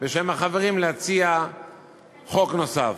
בשם החברים להציע חוק נוסף.